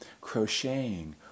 crocheting